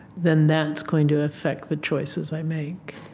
then that's going to affect the choices i make.